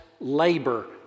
labor